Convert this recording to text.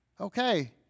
okay